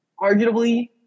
arguably